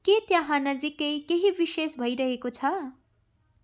के त्यहाँ नजिकै केही विशेष भइरहेको छ